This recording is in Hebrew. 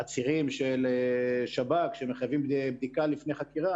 עצירים של שב"כ שמחייבים בדיקה לפני חקירה,